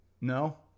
no